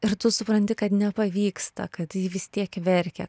ir tu supranti kad nepavyksta kad ji vis tiek verkia